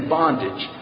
bondage